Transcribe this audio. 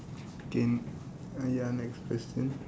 okay uh ya next question